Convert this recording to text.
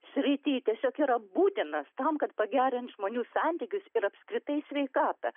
srityj tiesiog yra būtinas tam kad pagerint žmonių santykius ir apskritai sveikatą